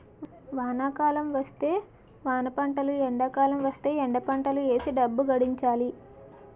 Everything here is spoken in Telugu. వానాకాలం వస్తే వానపంటలు ఎండాకాలం వస్తేయ్ ఎండపంటలు ఏసీ డబ్బు గడించాలి